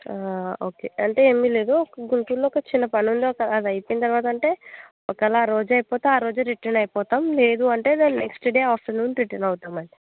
okay అంటే ఏమి లేదు గుంటూరులో ఒక చిన్న పని ఉంది అది అయిపోయన తరువాత అంటే ఒకవేళ ఆ రోజే అయిపొతే ఆ రోజే రిటర్న్ అయిపోతాము లేదు అంటే నెక్స్ట్ డే ఆఫ్టర్నూన్ రిటర్న్ అవుతాము అండి